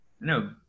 No